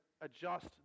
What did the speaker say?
adjust